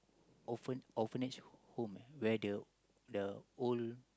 orphan~ orphanage home where the the old